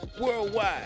worldwide